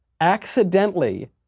accidentally